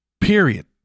period